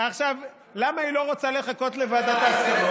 למה היא לא רוצה לחכות לוועדת ההסכמות?